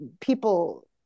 people